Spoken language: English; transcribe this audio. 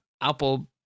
Apple